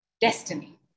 destiny